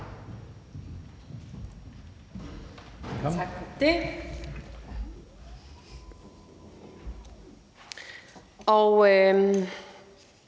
Tak for det. I